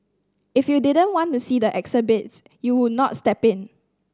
if you didn't want to see the exhibits you would not step in